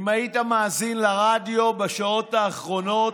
אם היית מאזין לרדיו בשעות האחרונות,